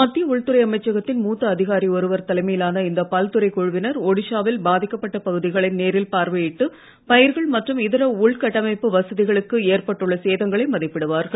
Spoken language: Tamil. மத்திய உள்துறை அமைச்சகத்தின் மூத்த அதிகாரி ஒருவர் தலைமையிலான இந்த பல்துறைக் குழுவினர் பாதிக்கப்பட்ட பகுதிகளை நேரில் பார்வையிட்டு பயிர்கள் மற்றும் இதர வசதிகளுக்கு உள்கட்டமைப்பு ஏற்பட்டுள்ள சேதங்களை மதிப்பிடுவார்கள்